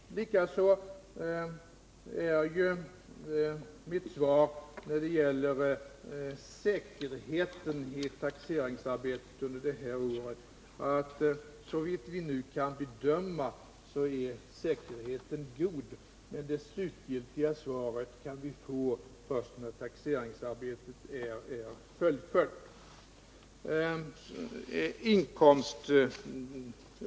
Likaså är mitt svar när det gäller säkerheten i taxeringsarbetet under det här året, att såvitt vi nu kan bedöma är säkerheten god, men det slutgiltiga svaret kan vi få först när taxeringsarbetet är fullföljt.